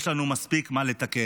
יש לנו מספיק מה לתקן.